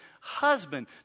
Husband